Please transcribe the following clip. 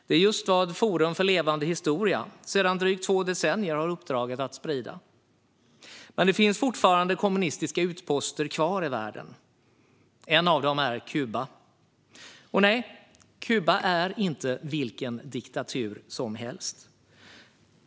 Det är just vad Forum för levande historia har uppdraget att sprida sedan drygt två decennier. Det finns dock fortfarande kommunistiska utposter kvar i världen. En av dem är Kuba. Nej, Kuba är inte vilken diktatur som helst.